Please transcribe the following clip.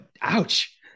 ouch